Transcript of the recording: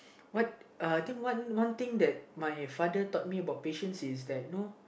what uh I think one one thing that my father thought me about patient is that you know